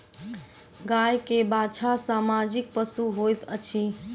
गाय के बाछा सामाजिक पशु होइत अछि